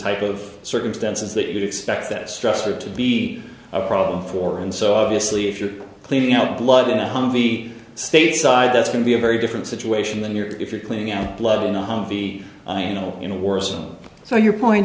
type of circumstances that you'd expect that structure to be a problem for and so obviously if you're cleaning out blood in a humvee stateside that's going to be a very different situation than you're if you're cleaning out blood in a humvee you know in a war zone so your point